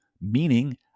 Meaning